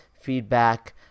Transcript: feedback